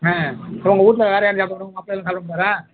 ஆ அப்புறம் உங்கள் வீட்டுல வேறு யார் சாப்பிட மாட்டாங்க மாப்பிளலாம் சாப்பிட மாட்டாரா